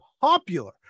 popular